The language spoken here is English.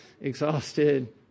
exhausted